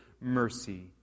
mercy